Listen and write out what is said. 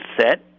set